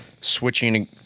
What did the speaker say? switching